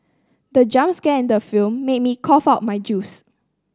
the jump scare in the film made me cough out my juice